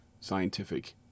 scientific